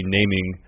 naming